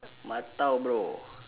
matao bro